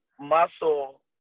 muscle